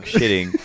shitting